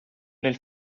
nel